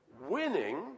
winning